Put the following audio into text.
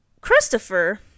Christopher